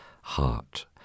heart